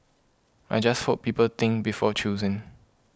I just hope people think before choosing